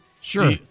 Sure